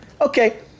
Okay